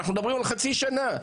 אנחנו מדברים על חצי שנה.